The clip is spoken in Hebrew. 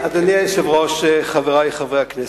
אדוני היושב-ראש, חברי חברי הכנסת,